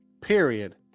period